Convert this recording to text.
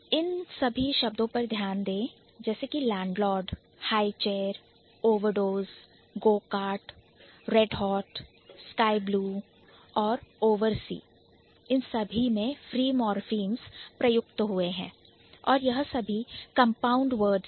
इन सभी शब्दों पर ध्यान दे landlord landlord highchair high chair overdose overdose go kart go kart red hot red hot sky blue sky blue और oversee oversee इन सभी में Free Morphemes प्रयुक्त हुए हैं और यह सभी Compound Words है